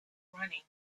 running